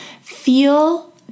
feel